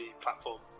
platform